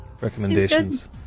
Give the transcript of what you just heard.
recommendations